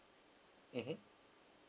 mmhmm